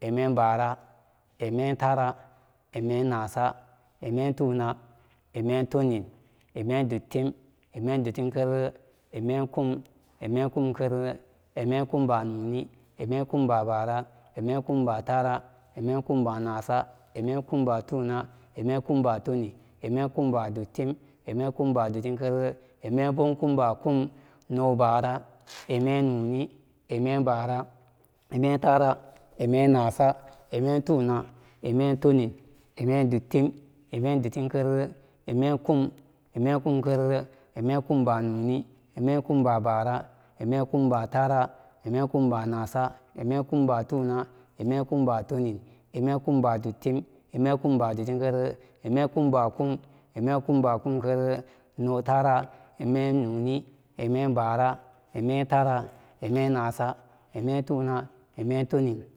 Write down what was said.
imem báára imem táára ime tuna ime tunnin ime duttim ime duttin kerere ime kum ime kum kerere ime kumba nóóni ime kumba báára ime kumba táára ime kumba náása ime kumba tuna ime kumba tunnin ime kumba tunnin ime kumba duttim ime duttin kerere ime kum báá kum nóó bara ime nóóni ime báára ime táára ime náása ime tuna ime tunnin ime duttim ime duttin kerere ime kum ime kum kerera ime kumbáá nóóni ime kumbáá báára ime kumbáá táára ime kumbáá náása ime kumbáá tuna ime kumbáá tunnin ime kumbáá duttim ime kumbáá dutttim kerere ime kumbáá kum ime kumbáá kum ime kumbáá kumkerere nóó táára ime nóóni ime táára ime náása ime tuna ime tunnin